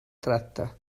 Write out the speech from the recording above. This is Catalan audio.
tracte